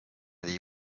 dei